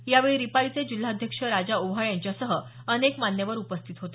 यावेळी रिपाइं चे जिल्हा अध्यक्ष राजा ओव्हाळ यांच्यासह अनेक मान्यवर उपस्थित होते